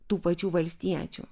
tų pačių valstiečių